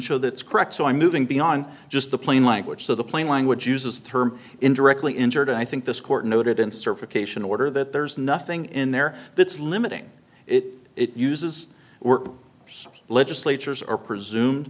show that's correct so i'm moving beyond just the plain language so the plain language uses the term indirectly injured i think this court noted in certification order that there's nothing in there that's limiting it it uses were legit slater's are presumed